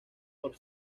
por